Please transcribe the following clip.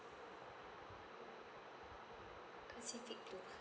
yes